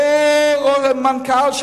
אותו מנכ"ל,